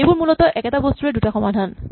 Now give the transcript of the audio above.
এইবোৰ মূলতঃ একেটা বস্তুৰে দুটা সমাধান